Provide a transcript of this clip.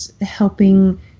helping